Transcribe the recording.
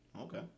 Okay